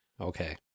okay